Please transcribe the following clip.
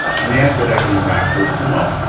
and the answer that came back was no.